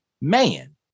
man